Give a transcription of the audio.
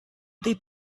they